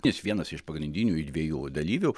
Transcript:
jis vienas iš pagrindinių dviejų dalyvių